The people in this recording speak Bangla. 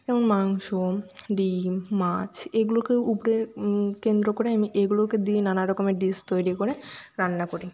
এবং মাংস ডিম মাছ এগুলোকেও উপরে কেন্দ্র করে আমি এইগুলোকে দিয়ে নানা রকমের ডিস তৈরি করে রান্না করি